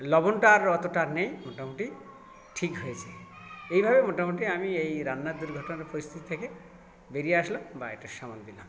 লবণটা আর অতটা নেই মোটামুটি ঠিক হয়েছে এইভাবে মোটামুটি আমি এই রান্নার দুর্ঘটনার পরিস্থিতি থেকে বেরিয়ে আসলাম বা এটা সামাল দিলাম